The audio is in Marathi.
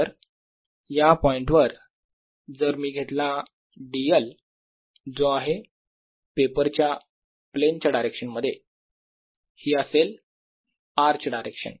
तर या पॉईंटवर जर मी घेतला dl जो आहे या पेपरच्या प्लेनच्या डायरेक्शन मध्ये ही असेल r ची डायरेक्शन